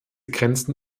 grenzen